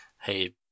hey